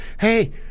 Hey